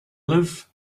live